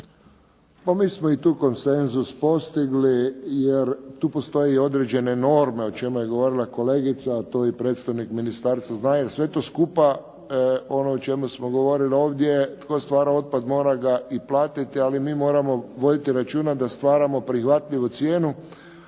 mi smo i tu konsenzus postigli jer tu postoje određene norme o čemu je govorila kolegica a to i predstavnik ministarstva zna jer sve to skupa ono o čemu smo govorili ovdje tko stvara otpad mora ga i platiti, ali mi moramo voditi računa da stvaramo prihvatniju cijenu